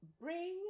Bring